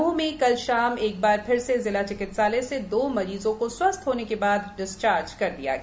दमोह में कल शाम एक बार फिर से जिला चिकित्सालय से दो मरीजों को स्वस्थ्य होने के बाद डिस्चार्ज किया गया